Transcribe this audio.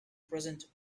present